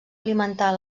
alimentar